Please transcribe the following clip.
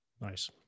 Nice